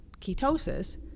ketosis